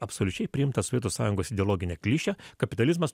absoliučiai priimtą sovietų sąjungos ideologinę klišę kapitalizmas